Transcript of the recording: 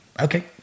Okay